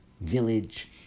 village